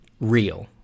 real